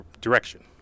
direction